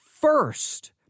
first